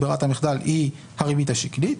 ברירת המחדל היא הריבית השקלית.